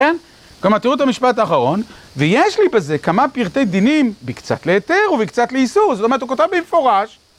גם תראו את המשפט האחרון, ויש לי בזה כמה פרטי דינים בקצת להתר ובקצת לאיסור, זאת אומרת הוא כותב בפורש